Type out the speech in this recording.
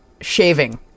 shaving